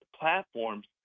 platforms